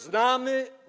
Znamy.